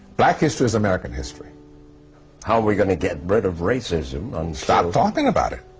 black history is american history how are we going to get rid of racism? and stop talking about it